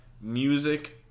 music